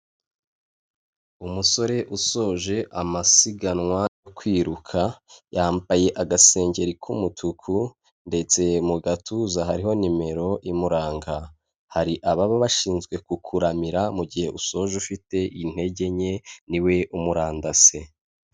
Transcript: Umusore usoje amasiganwa yo kwiruka yambaye agasengeri k'umutuku ndetse mu gatuza hariho nimero imuranga, hari ababa bashinzwe kukuramira mu gihe usoje ufite intege nke niwe umurandase.